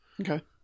Okay